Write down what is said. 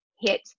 hit